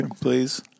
please